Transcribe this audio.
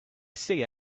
see